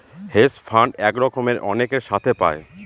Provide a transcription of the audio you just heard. hedge fund এক রকমের অনেকের সাথে পায়